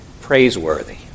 praiseworthy